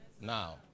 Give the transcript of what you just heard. now